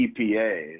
EPA